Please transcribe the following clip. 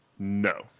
No